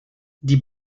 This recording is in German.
die